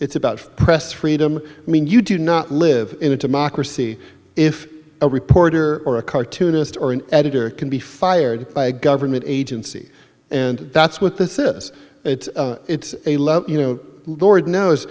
it's about press freedom i mean you do not live in a democracy if a reporter or a cartoonist or an editor can be fired by a government agency and that's what this is it's it's a lot you know lord knows